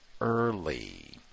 early